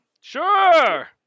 Sure